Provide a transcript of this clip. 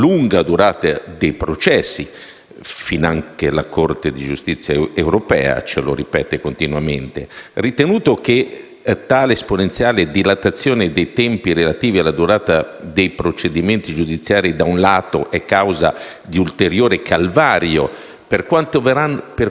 (finanche la Corte di giustizia europea ce lo ripete continuamente), ritenuto che tale esponenziale dilatazione dei tempi relativi alla durata dei procedimenti giudiziari, da un lato, è causa di ulteriore calvario per quanti verranno poi giudicati innocenti